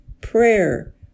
prayer